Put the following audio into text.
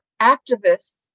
activists